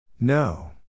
No